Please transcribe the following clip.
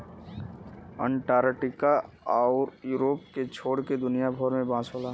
Antarctica आउर Europe के छोड़ के दुनिया भर में बांस होला